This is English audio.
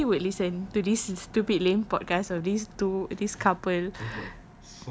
nobody would listen to this stupid lame podcast of these two this couple